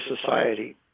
Society